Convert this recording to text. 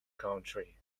country